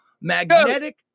magnetic